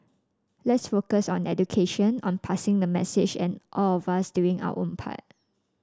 let's focus on education on passing the message and all of us doing our own part